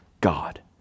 God